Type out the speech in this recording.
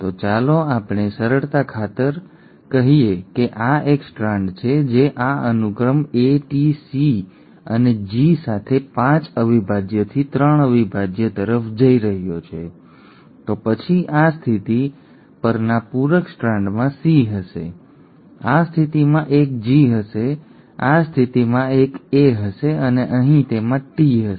તો ચાલો આપણે સરળતા ખાતર ચાલો આપણે કહીએ કે આ એક સ્ટ્રાન્ડ છે જે આ અનુક્રમ એ ટી સી અને જી સાથે 5 અવિભાજ્યથી 3 અવિભાજ્ય તરફ જઈ રહ્યો છે તો પછી આ સ્થિતિ પરના પૂરક સ્ટ્રાન્ડમાં સી હશે આ સ્થિતિમાં એક G હશે આ સ્થિતિમાં એક A હશે અને અહીં તેમાં T હશે